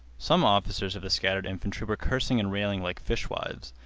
some officers of the scattered infantry were cursing and railing like fishwives.